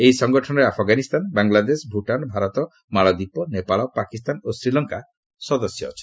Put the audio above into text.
ଏହି ସଂଗଠନରେ ଆଫଗାନିସ୍ତାନ ବାଂଲାଦେଶ ଭୂଟାନ ଭାରତ ମାଳଦ୍ୱିପ ନେପାଳ ପାକିସ୍ତାନ ଓ ଶୀଲଙ୍କା ସଦସ୍ୟ ଅଛନ୍ତି